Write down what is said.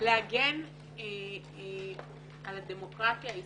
להגן על הדמוקרטיה הישראלית.